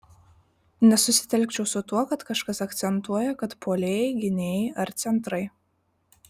nesusitelkčiau su tuo kad kažkas akcentuoja kad puolėjai gynėjai ar centrai